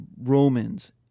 Romans